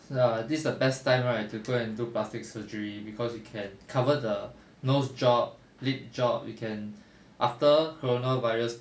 ya this is the best time right to go and do plastic surgery cause you can cover the nose job lip job you can after corona virus